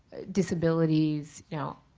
disabilities, you know,